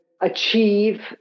achieve